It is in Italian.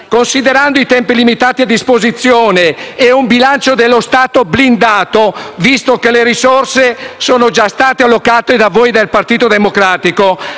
Considerando i tempi limitati a disposizione e un bilancio dello Stato blindato, visto che le risorse sono già state allocate da voi del Partito Democratico,